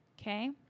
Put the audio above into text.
Okay